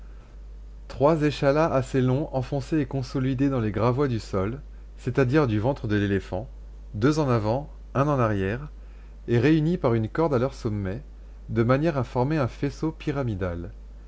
trois échalas assez longs enfoncés et consolidés dans les gravois du sol c'est-à-dire du ventre de l'éléphant deux en avant un en arrière et réunis par une corde à leur sommet de manière à former un faisceau pyramidal